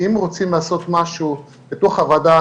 אם רוצים לעשות משהו בתוך הוועדה,